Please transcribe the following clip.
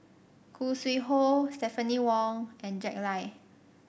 Khoo Sui Hoe Stephanie Wong and Jack Lai